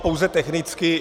Pouze technicky.